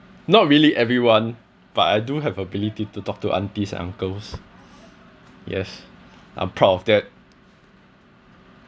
not really everyone but I do have ability to talk to aunties and uncles yes I'm proud of that